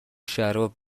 شراب